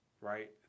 right